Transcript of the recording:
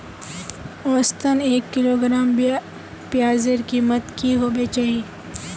औसतन एक किलोग्राम प्याजेर कीमत की होबे चही?